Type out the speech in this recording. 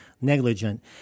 negligent